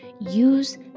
use